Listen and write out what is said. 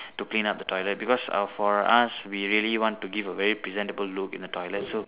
to clean up the toilet because uh for us we really want to give a very presentable look in the toilet so